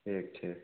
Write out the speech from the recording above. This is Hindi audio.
ठीक ठीक